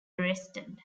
arrested